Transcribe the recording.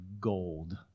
gold